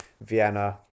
vienna